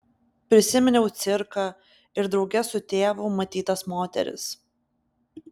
prisiminiau cirką ir drauge su tėvu matytas moteris